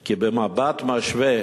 כי במבט משווה